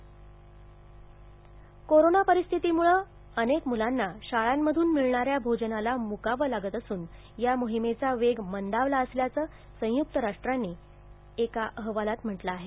अन्न कार्यक्रम कोरोना परिस्थितीमुळं अनेक मुलांना शाळांमधून मिळणाऱ्या भोजनाला मुकावं लागत असून या मोहिमेचा वेग मंदावला असल्याचं संयुक्त राष्ट्रांनी एका अहवालात म्हटलं आहे